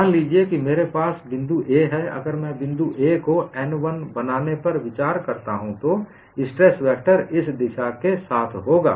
मान लीजिए कि मेरे पास इस बिंदु A है अगर मैं बिंदु A को सतह n 1 बनाने पर विचार करता हूं तो स्ट्रेस वेक्टर इस दिशा के साथ होगा